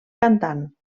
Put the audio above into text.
cantant